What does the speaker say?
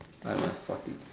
forty